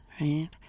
right